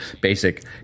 basic